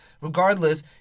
Regardless